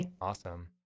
Awesome